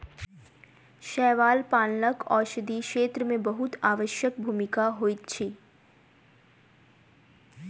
शैवाल पालनक औषधि क्षेत्र में बहुत आवश्यक भूमिका होइत अछि